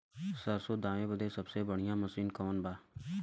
सरसों दावे बदे सबसे बढ़ियां मसिन कवन बा?